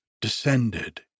descended